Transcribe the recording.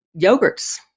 yogurts